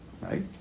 right